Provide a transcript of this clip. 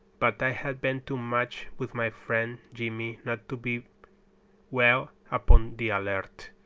but i had been too much with my friend jimmy not to be well upon the alert.